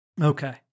okay